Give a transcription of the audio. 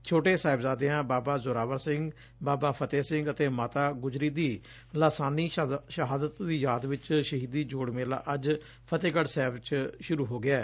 ਛੋਟੇ ਸਾਹਿਬਜ਼ਾਦਿਆਂ ਬਾਬਾ ਜ਼ੋਰਾਵਰ ਸਿੰਘ ਅਤੇ ਬਾਬਾ ਫਤਹਿ ਸਿੰਘ ਤੇ ਮਾਤਾ ਗੁਜਰੀ ਦੀ ਲਾਸਾਨੀ ਸ਼ਹਾਦਤ ਦੀ ਯਾਦ ਵਿਚ ਸ਼ਹੀਦੀ ਜੋੜ ਮੇਲਾ ਅੱਜ ਫਤਹਿਗੜ੍ ਸਾਹਿਬ ਚ ਸ਼ੁਰੂ ਹੋ ਗਿਐ